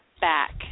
back